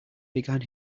began